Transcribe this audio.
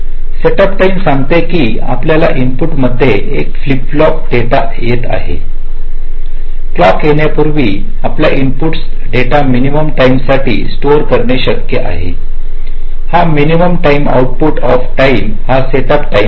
setup time सांगते की आपल्याला इनपुट मध्ये एक फ्लिप फ्लॉप डेटा येत आहे क्लॉक येण्यापूर्वी आपला इनपुटस डेटा मिनिमम टाईम साठी स्टोअर करणेही शक्य आहे हा मिनिमम अमाऊिंट ऑफ टाईम हा सेटअप टाईम आहे